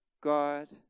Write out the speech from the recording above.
God